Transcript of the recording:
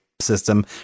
system